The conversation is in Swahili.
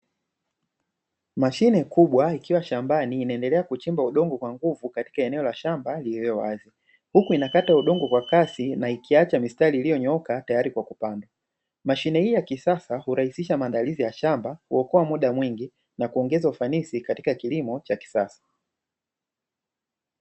Mashine kubwa ikiwa shambani, inaendelea kuchimba udongo kwa nguvu katika eneo la shamba lililowazi hukuninakata udongo kwa kasi ikiacha mistari iliyonyooka tayari kwa kupandwa, mashine hii ya kisasa hurahisisha maandalizi ya shamba kuokoa muda mingi na kuongeza ufanisi katika kilimo cha kisasa.